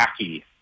wacky